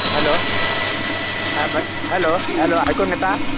hello हां बा hello hello आयकूंक येता